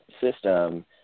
system